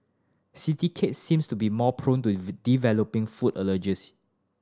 city kids seems to be more prone to developing food allergies